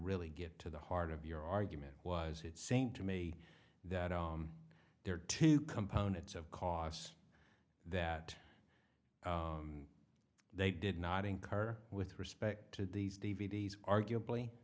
really get to the heart of your argument was it seemed to me that there are two components of costs that they did not incur with respect to these d v d s arguably